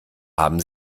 haben